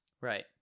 Right